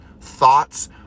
thoughts